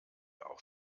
auch